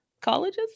Colleges